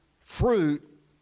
fruit